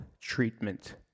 treatment